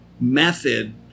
method